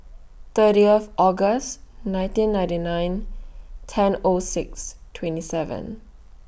thirtieth August nineteen ninety nine ten O six twenty seven